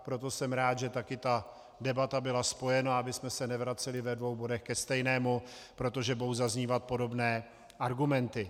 Proto jsem rád, že ta debata byla taky spojena, abychom se nevraceli ve dvou bodech ke stejnému, protože budou zaznívat podobné argumenty.